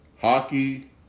hockey